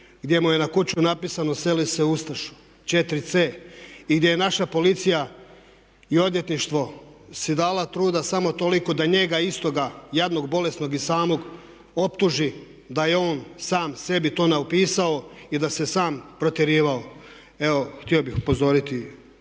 gdje mu je na kuću napisano seli se ustašo, 4c i gdje je naša policija i odvjetništvo si dala truda samo toliko da njega istoga jadnog, bolesnog i samog optuži da je on sam sebi to napisao i da se sam protjerivao. Evo htio bih upozoriti